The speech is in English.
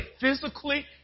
physically